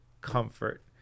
comfort